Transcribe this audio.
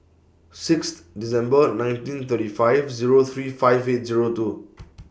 Sixth December nineteen thirty five Zero three five eight Zero two